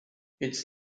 its